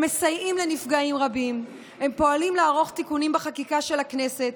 הם מסייעים לנפגעים רבים והם פועלים לערוך תיקונים בחקיקה של הכנסת